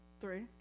Three